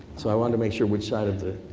so i wanted to make sure which side of the